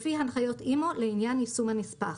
לפי הנחיות אימ"ו לעניין יישום הנספח,